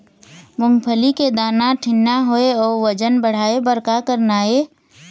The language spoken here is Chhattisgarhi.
मूंगफली के दाना ठीन्ना होय अउ वजन बढ़ाय बर का करना ये?